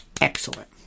Excellent